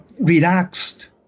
relaxed